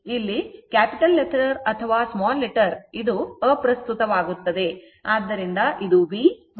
ಇಲ್ಲಿ capital letter ಅಥವಾ small letter ಅಪ್ರಸ್ತುತವಾಗುತ್ತದೆ